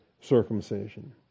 circumcision